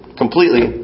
completely